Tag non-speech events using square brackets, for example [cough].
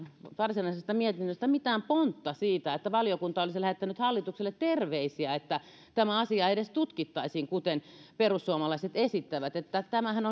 varsinaisesta mietinnöstä mitään pontta siitä että valiokunta olisi lähettänyt hallitukselle terveisiä että tämä asia edes tutkittaisiin kuten perussuomalaiset esittävät tämähän [unintelligible]